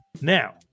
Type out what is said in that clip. Now